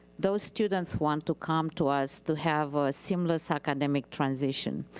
those students want to come to us to have a seamless academic transition.